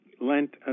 Lent